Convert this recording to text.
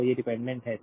तो ये डिपेंडेंट हैं